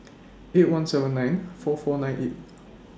eight one seven nine four four nine eight